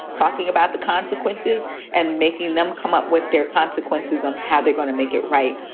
talking about the consequences and making them come up with their consequences on how they're going to make it right.